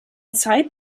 zeit